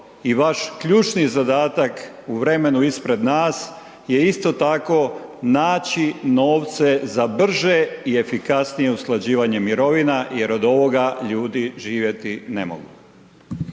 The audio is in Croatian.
i vaš ključni zadatak u vremenu ispred nas je isto tako naći novce za brže i efikasnije usklađivanje mirovina jer ovoga ljudi živjeti ne mogu.